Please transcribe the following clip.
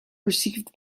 received